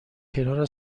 کنار